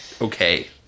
Okay